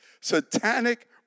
satanic